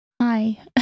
Hi